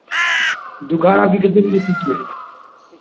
दुकान आपकी कितने बजे खुलती है